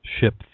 ship